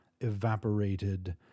evaporated